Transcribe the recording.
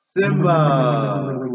Simba